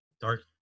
Dark